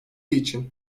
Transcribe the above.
için